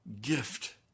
gift